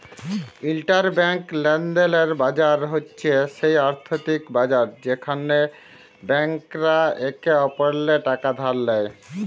interbank লেলদেলের বাজার হছে সে আথ্থিক বাজার যেখালে ব্যাংকরা একে অপরেল্লে টাকা ধার লেয়